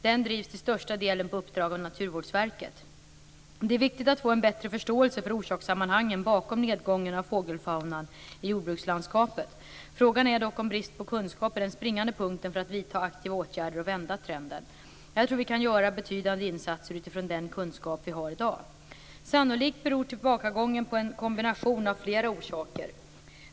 Den drivs till största delen på uppdrag av Det är viktigt att man får en bättre förståelse för orsakssammanhangen bakom nedgången av fågelfaunan i jordbrukslandskapet. Frågan är dock om bristen på kunskap är den springande punkten för att man skall kunna vidta aktiva åtgärder och vända trenden. Jag tror att vi kan göra betydande insatser utifrån den kunskap vi har i dag. Sannolikt beror tillbakagången på en kombination av flera saker.